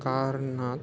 कारणात्